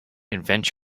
invent